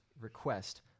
request